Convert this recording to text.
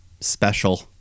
special